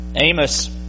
Amos